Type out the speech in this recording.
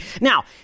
Now